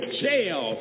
jail